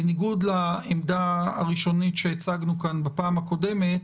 בניגוד לעמדה הראשונית שהצגנו כאן בפעם הקודמת,